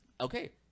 Okay